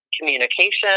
communication